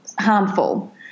harmful